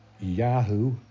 Yahoo